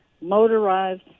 motorized